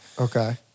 Okay